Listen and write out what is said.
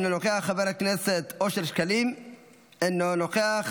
אינו נוכח,